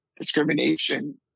discrimination